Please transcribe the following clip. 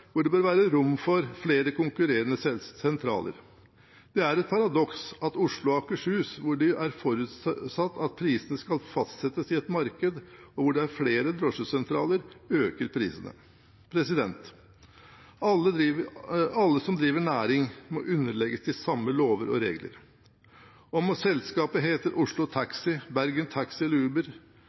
hvor det bør være rom for flere konkurrerende sentraler. Det er et paradoks at i Oslo og Akershus, hvor det er forutsatt at prisene skal fastsettes i et marked, og hvor det er flere drosjesentraler, øker prisene. Alle som driver næring, må underlegges de samme lover og regler. Om selskapet heter Oslo Taxi, Bergen Taxi eller Uber,